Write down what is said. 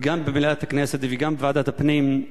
גם במליאת הכנסת וגם בוועדת הפנים,